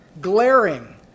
glaring